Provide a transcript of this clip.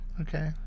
Okay